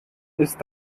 ist